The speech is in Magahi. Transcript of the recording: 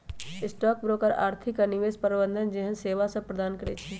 स्टॉक ब्रोकर आर्थिक आऽ निवेश प्रबंधन जेहन सेवासभ प्रदान करई छै